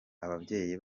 ababyeyi